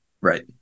Right